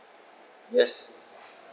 yes